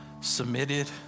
submitted